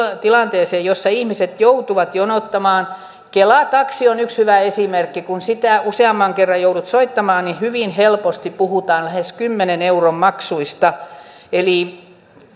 tilanteeseen jossa ihmiset joutuvat jonottamaan kela taksi on yksi hyvä esimerkki kun sitä useamman kerran joutuu soittamaan niin hyvin helposti puhutaan lähes kymmenen euron maksuista eli